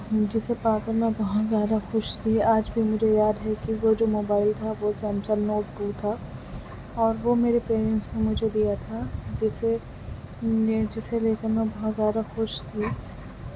جسے پاکر میں بہت ذیادہ خوش تھی آج بھی مجھے یاد ہے کہ وہ جو موبائل تھا وہ سیمسنگ نوٹ ٹو تھا اور وہ میرے پیرینٹس نے مجھے دیا تھا جسے جسے لے کر میں بہت ذیادہ خوش تھی